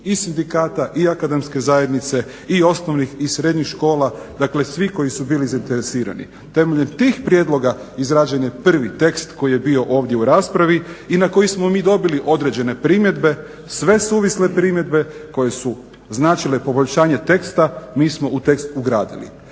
i sindikata, i akademske zajednice, i osnovnih i srednjih škola, dakle svi koji su bili zainteresirani. Temeljem tih prijedloga izrađen je prvi tekst koji je bio ovdje u raspravi i na koji smo mi dobili određene primjedbe. Sve suvisle primjedbe koje su značile poboljšanje teksta mi smo u tekst ugradili.